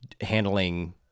handling